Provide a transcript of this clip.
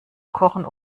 kochen